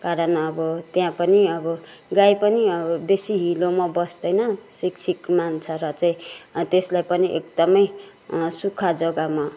कारण अब त्यहाँ पनि अब गाई पनि अब बेसी हिलोमा बस्दैन सिक्सिक् मान्छ र चाहिँ त्यसलाई पनि एकदमै सुक्खा जग्गामा